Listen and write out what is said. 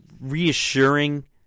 reassuring